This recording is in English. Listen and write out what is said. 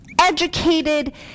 educated